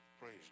praise